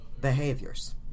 behaviors